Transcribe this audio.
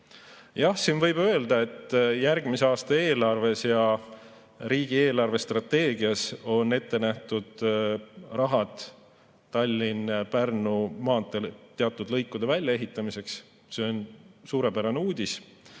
Jah, võib öelda, et järgmise aasta eelarves ja riigi eelarvestrateegias on ette nähtud raha Tallinna–Pärnu maantee teatud lõikude väljaehitamiseks. See on suurepärane uudis.